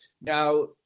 Now